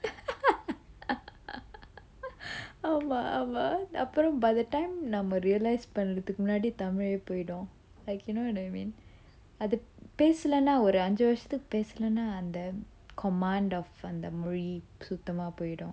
ஆமா ஆமா அப்புறம்:aama aama appuram by the time நம்ம:namma realise பண்றதுக்கு முன்னாடி:panrathukku munnadi tamil போய்டும்:poidum like you know you mean அது பேசலனா ஒரு அஞ்சு வருசத்துக்கு பேசலனா அந்த:athu pesalana oru anju varusathukku pesalana antha command of அந்த மொழி சுத்தமா போய்டும்:antha moli suthama poidum